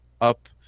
up